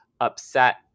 upset